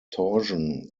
torsion